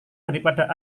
daripada